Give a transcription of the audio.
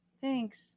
thanks